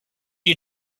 you